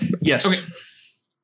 Yes